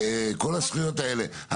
כל הזכויות האלה.